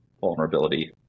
vulnerability